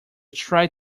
tried